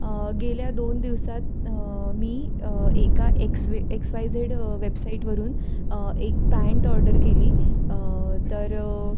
गेल्या दोन दिवसात मी एका X Y X Y Z वेबसाईटवरून एक पॅन्ट ऑर्डर केली तर